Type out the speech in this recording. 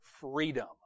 freedom